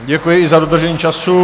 Děkuji i za dodržení času.